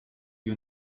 you